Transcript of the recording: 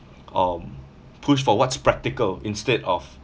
um push for what's practical instead of